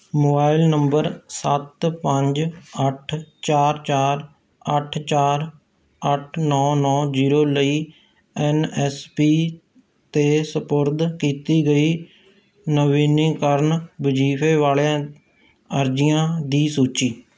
mobile number ਸੱਤ ਪੰਜ ਅੱਠ ਚਾਰ ਚਾਰ ਅੱਠ ਚਾਰ ਅੱਠ ਨੌ ਨੌ ਜ਼ੀਰੋ ਲਈ ਐੱਨ ਐੱਸ ਪੀ 'ਤੇ ਸਪੁਰਦ ਕੀਤੀ ਗਈ ਨਵੀਨੀਕਰਨ ਵਜ਼ੀਫੇ ਵਾਲੀਆਂ ਅਰਜ਼ੀਆਂ ਦੀ ਸੂਚੀ